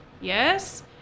yes